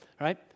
right